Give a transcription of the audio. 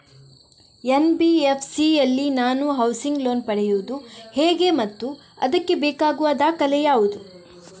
NBFC ಯಲ್ಲಿ ನಾನು housing loan ಪಡೆಯುದು ಹೇಗೆ ಮತ್ತು ಅದಕ್ಕೆ ಬೇಕಾಗುವ ದಾಖಲೆ ಯಾವುದು?